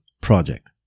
project